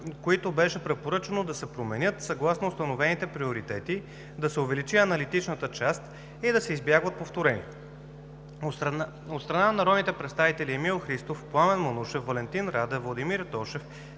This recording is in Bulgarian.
които беше препоръчано да се променят съгласно установените приоритети, да се увеличи аналитичната част и да се избягват повторения. От страна на народните представители Емил Христов, Пламен Манушев, Валентин Радев, Владимир Тошев,